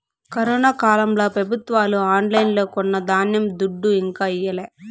corona కాలంల పెబుత్వాలు ఆన్లైన్లో కొన్న ధాన్యం దుడ్డు ఇంకా ఈయలే